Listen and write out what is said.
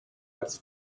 its